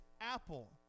apple